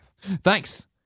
Thanks